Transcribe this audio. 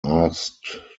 asked